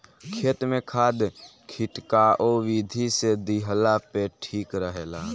खेत में खाद खिटकाव विधि से देहला पे ठीक रहेला